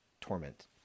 torment